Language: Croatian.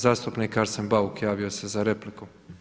Zastupnik Arsen Bauk javio se za repliku.